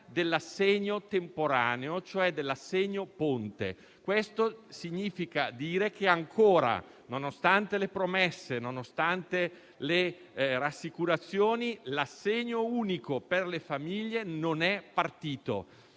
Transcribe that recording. dell'assegno temporaneo, cioè dell'assegno-ponte. Significa che ancora, nonostante le promesse e le rassicurazioni, l'assegno unico per le famiglie non è partito.